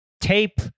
tape